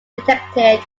detected